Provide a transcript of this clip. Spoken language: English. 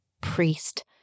priest